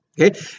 Okay